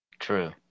true